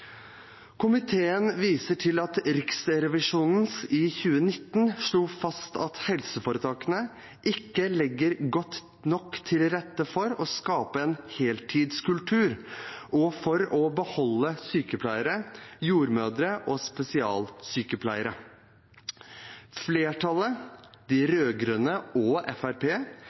Komiteen viser til at Riksrevisjonen i 2019 slo fast at helseforetakene ikke legger godt nok til rette for å skape en heltidskultur og for å beholde sykepleiere, jordmødre og spesialsykepleiere. Flertallet – de rød-grønne og